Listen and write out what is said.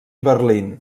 berlín